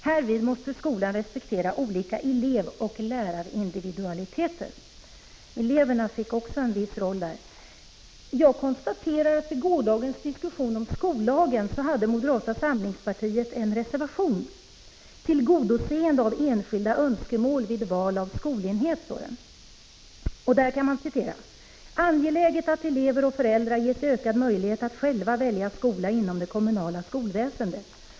Härvid måste skolan respektera olika elevoch lärarindividualiteter.” Där ges således också eleverna en viss roll. Jag konstaterar att moderata samlingspartiet vid gårdagens diskussion om betänkandet om skollagen hade en reservation med rubriken Tillgodoseende av enskilda önskemål vid val av skolenhet. I denna reservation kan man bl.a. läsa att det är ”angeläget att elever och föräldrar ges ökad möjlighet att själva välja skola inom det kommunala skolväsendet”.